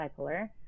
bipolar